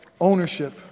ownership